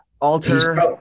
alter